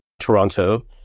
Toronto